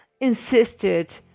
insisted